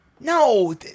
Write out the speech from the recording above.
No